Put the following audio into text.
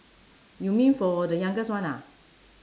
you mean for the youngest one ah